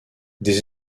des